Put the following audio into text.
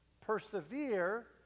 persevere